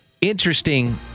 interesting